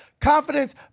confidence